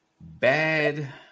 bad